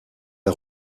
est